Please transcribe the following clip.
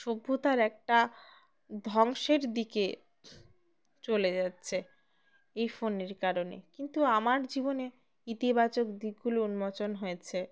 সভ্যতার একটা ধ্বংসের দিকে চলে যাচ্ছে এই ফোনের কারণে কিন্তু আমার জীবনে ইতিবাচক দিকগুলো উন্মোচন হয়েছে